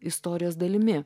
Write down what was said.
istorijos dalimi